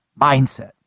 mindset